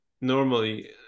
normally